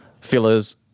fillers